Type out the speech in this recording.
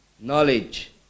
knowledge